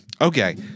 Okay